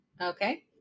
Okay